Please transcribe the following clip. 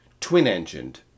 twin-engined